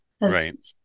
Right